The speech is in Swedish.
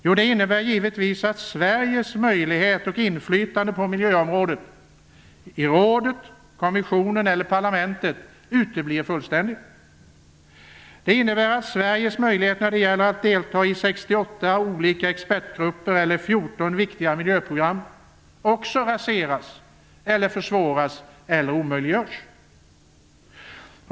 Jo, det innebär givetvis att Sveriges möjlighet och inflytande på miljöområdet i rådet, kommissionen eller parlamentet uteblir fullständigt. Det innebär att Sveriges möjligheter att delta i 68 olika expertgrupper eller i 14 viktiga miljöprogram också raseras, försvåras eller omöjliggörs.